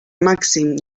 màxim